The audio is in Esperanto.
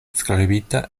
skribita